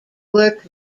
worked